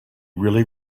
really